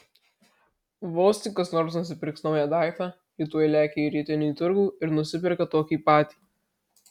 vos tik kas nors nusipirks naują daiktą ji tuoj lekia į rytinį turgų ir nusiperka tokį patį